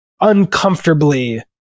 uncomfortably